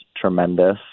tremendous